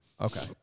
Okay